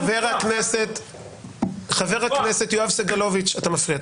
חבר הכנסת יואב סגלוביץ', אתה מפריע.